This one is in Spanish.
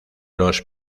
los